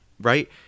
Right